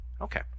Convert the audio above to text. Okay